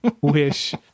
wish